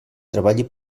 treballi